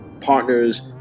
partners